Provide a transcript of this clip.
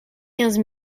quinze